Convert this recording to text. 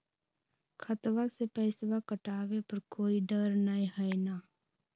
खतबा से पैसबा कटाबे पर कोइ डर नय हय ना?